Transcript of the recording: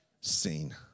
seen